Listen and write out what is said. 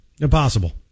Impossible